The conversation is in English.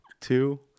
two